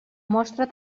mostra